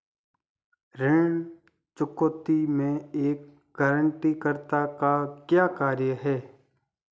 ऋण चुकौती में एक गारंटीकर्ता का क्या कार्य है?